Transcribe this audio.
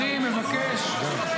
זה שקר.